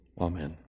Amen